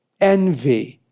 envy